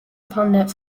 pundit